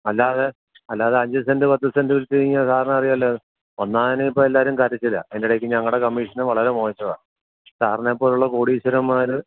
അല്ലാതെ അല്ലാതെ അഞ്ച് സെൻറ്റ് പത്ത് സെൻറ്റ് വിറ്റു കഴിഞ്ഞാൽ സാറിനറിയാലോ ഒന്നാമത് ഇപ്പോൾ എല്ലാവരും കരച്ചിലാണ് അതിൻ്റെടെക്ക് ഞങ്ങളുടെ കമ്മീഷനും വളരെ മോശമാണ് സാറിനെ പോലെയുള്ള കോടീശ്വരന്മാർ